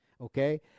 Okay